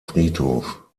friedhof